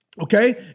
okay